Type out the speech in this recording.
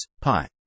pi